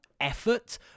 effort